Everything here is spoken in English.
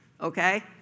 okay